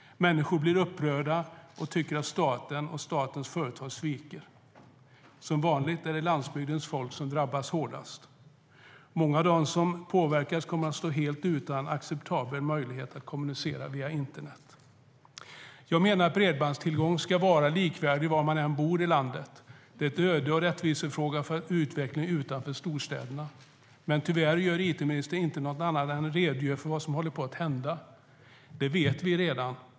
Människor blir upprörda och tycker att staten och statens företag sviker. Som vanligt är det landsbygdens folk som drabbas hårdast. Många av dem som påverkas kommer att stå helt utan acceptabel möjlighet att kommunicera via internet. Jag menar att bredbandstillgången ska vara likvärdig var man än bor i landet. Det är en ödes och rättvisefråga för utvecklingen utanför storstäderna. Tyvärr gör it-ministern inte något annat än att redogöra för vad som håller på att hända. Det vet vi redan.